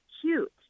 cute